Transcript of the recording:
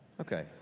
Okay